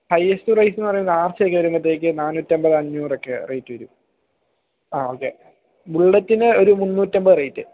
highest price എന്ന് പറയുന്നത് R C ഒക്കെ വരുമ്പത്തേക്ക് നാന്നൂറ്റമ്പത് അഞ്ഞൂറൊക്കെയാണ് റേറ്റ് വരും ആ ഓക്കെ ബുള്ളറ്റിന് ഒരു മൂന്നൂറ്റമ്പത് റേറ്റ്